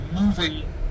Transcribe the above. moving